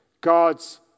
God's